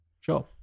Sure